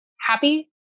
happy